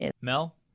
Mel